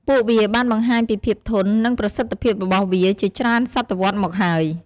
ពួកវាបានបង្ហាញពីភាពធន់ និងប្រសិទ្ធភាពរបស់វាជាច្រើនសតវត្សមកហើយ។